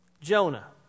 Jonah